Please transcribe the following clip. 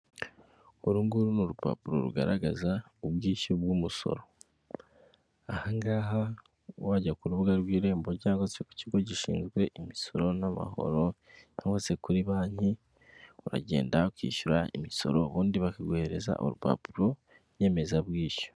Uru nguru ni urupapuro rugaragaza ubwishyu bw'umusoro, aha ngaha wajya ku rubuga rw'irembo cyangwa se ku kigo gishinzwe imisoro n'amahoro, hose kuri banki, uragenda bakishyura imisoro ubundi bakaguhereza urupapuro nyemezabwishyu.